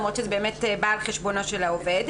למרות שזה באמת בא על חשבון העובד.